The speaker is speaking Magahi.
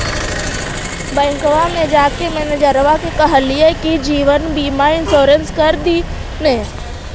बैंकवा मे जाके मैनेजरवा के कहलिऐ कि जिवनबिमा इंश्योरेंस कर दिन ने?